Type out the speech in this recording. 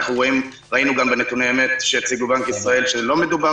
ראינו גם בנתוני אמת שהציגו בנק ישראל שלא מדובר